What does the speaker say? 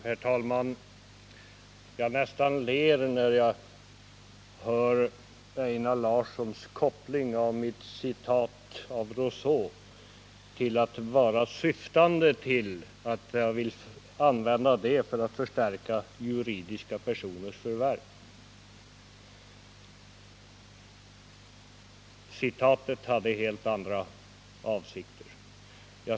Herr talman! Jag nästan ler när jag hör Einar Larssons koppling mellan mitt citat av Rousseau och juridiska personers förvärv. Citatet hade helt andra avsikter än att argumentera för sådana förvärv.